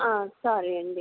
సరే అండి